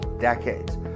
decades